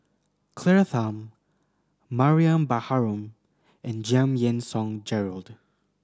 Claire Tham Mariam Baharom and Giam Yean Song Gerald